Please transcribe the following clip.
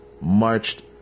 marched